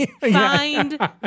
Find